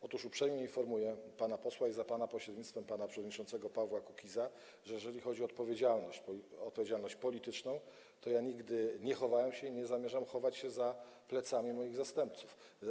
Otóż uprzejmie informuję pana posła i, za pana pośrednictwem, pana przewodniczącego Pawła Kukiza, że jeżeli chodzi o odpowiedzialność polityczną, to nigdy nie chowałem się i nie zamierzam się chować za plecami moich zastępców.